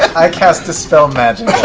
i cast dispel magic.